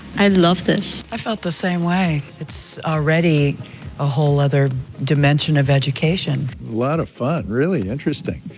i love this. i felt the same way. it's already a whole other dimension of education. a lot of fun, really interesting.